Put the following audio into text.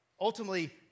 Ultimately